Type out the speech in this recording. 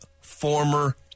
former